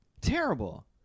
Terrible